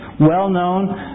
well-known